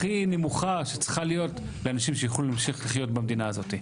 הכי נמוכה שצריכה להיות לאנשים שיוכלו להמשיך לחיות במדינה הזאת.